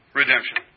redemption